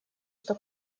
что